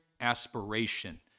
aspiration